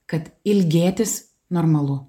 kad ilgėtis normalu